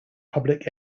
public